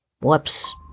Whoops